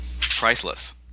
priceless